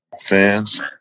Fans